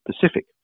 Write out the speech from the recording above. Pacific